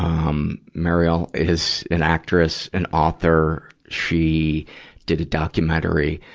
um, mariel is an actress and author. she did a documentary,